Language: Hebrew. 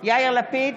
יאיר לפיד,